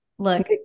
look